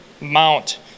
mount